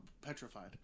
Petrified